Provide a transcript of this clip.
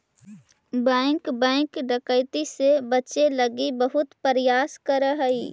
bank bank डकैती से बचे लगी बहुत प्रयास करऽ हइ